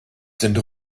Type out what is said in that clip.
sind